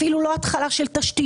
אפילו לא התחלה של תשתיות,